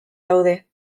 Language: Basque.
daude